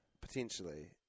Potentially